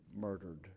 murdered